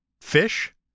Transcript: fish